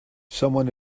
someone